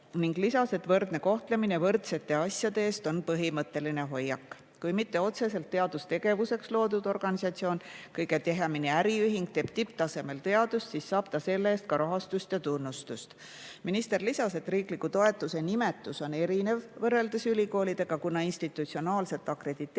ning lisas, et võrdne kohtlemine võrdsete asjade korral on põhimõtteline hoiak. Kui mitte otseselt teadustegevuseks loodud organisatsioon, enamasti äriühing teeb tipptasemel teadust, siis saab ta selle eest ka rahastust ja tunnustust. Minister lisas, et riikliku toetuse [tingimus] sel juhul on erinev võrreldes ülikoolidega, kuna institutsionaalset akrediteerimist